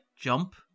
jump